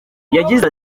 yagize